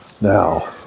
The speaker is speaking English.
now